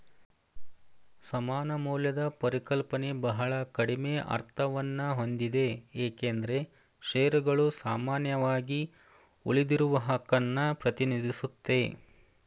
ಸಮಾನ ಮೌಲ್ಯದ ಪರಿಕಲ್ಪನೆ ಬಹಳ ಕಡಿಮೆ ಅರ್ಥವನ್ನಹೊಂದಿದೆ ಏಕೆಂದ್ರೆ ಶೇರುಗಳು ಸಾಮಾನ್ಯವಾಗಿ ಉಳಿದಿರುವಹಕನ್ನ ಪ್ರತಿನಿಧಿಸುತ್ತೆ